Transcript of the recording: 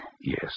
Yes